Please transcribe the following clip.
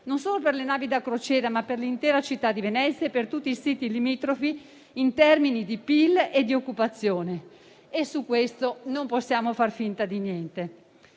non solo per le navi da crociera, ma per l'intera città di Venezia e per tutti i siti limitrofi in termini di PIL e di occupazione. Su questo non possiamo far finta di niente.